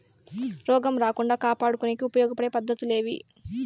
రోగం రాకుండా కాపాడుకునేకి ఉపయోగపడే పద్ధతులు ఏవి?